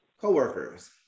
coworkers